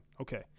Okay